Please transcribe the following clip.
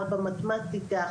ארבע מתמטיקה,